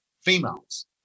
females